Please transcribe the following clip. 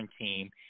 team